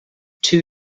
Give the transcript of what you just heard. two